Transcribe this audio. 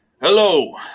Hello